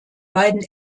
beiden